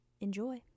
Enjoy